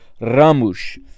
Ramush